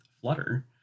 Flutter